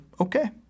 okay